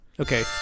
Okay